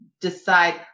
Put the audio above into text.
decide